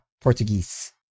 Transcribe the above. Portuguese